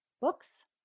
books